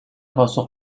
پاسخ